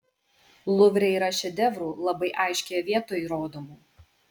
luvre yra šedevrų labai aiškioje vietoj rodomų